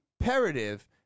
imperative